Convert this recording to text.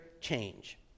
change